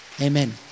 Amen